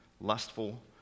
lustful